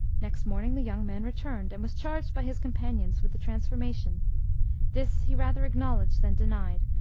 next morning the young man returned, and was charged by his companions with the transformation this he rather acknowledged than denied,